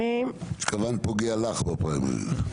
התכוונת, פוגע לך בפריימריז.